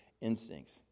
instincts